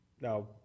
Now